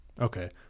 Okay